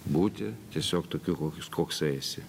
būti tiesiog tokiu kokis koksai eisi